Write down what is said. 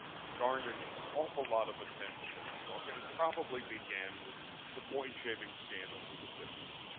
garnered an awful lot of attention in new york. and it probably began with the point shaving scandals in the fifty s.